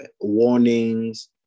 warnings